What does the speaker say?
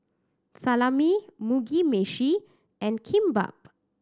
Salami Mugi Meshi and Kimbap